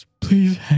Please